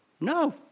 No